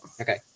Okay